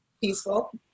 peaceful